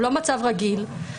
הוא לא מצב רגיל,